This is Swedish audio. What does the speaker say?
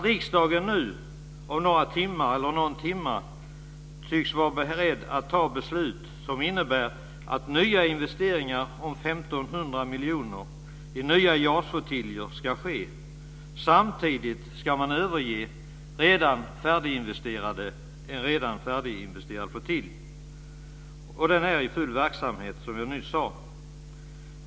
Riksdagen tycks nu vara beredd att om någon timme fatta ett beslut som innebär att nya investeringar om 1 500 miljoner i nya JAS-flottiljer ska ske. Samtidigt ska man överge en redan färdiginvesterad flottilj i full verksamhet, som jag nyss sade.